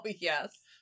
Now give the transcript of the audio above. yes